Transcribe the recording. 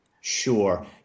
Sure